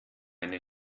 eine